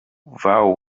vow